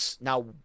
Now